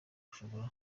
ushobora